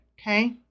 Okay